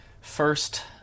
first